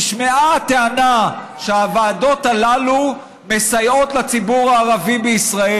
נשמעה הטענה שהוועדות הללו מסייעות לציבור הערבי בישראל.